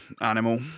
Animal